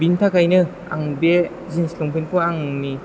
बेनि थाखायनो आं बे जिन्स लंफेनखौ आंनि